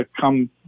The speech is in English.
come